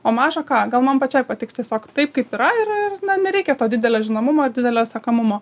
o maža ką gal man pačiai patiks tiesiog taip kaip yra ir ir nereikia to didelio žinomumo ir didelio sekamumo